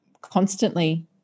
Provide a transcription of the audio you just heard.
constantly